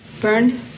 Burned